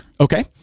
Okay